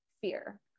fear